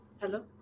hello